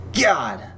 God